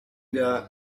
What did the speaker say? der